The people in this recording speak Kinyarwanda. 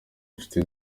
inshuti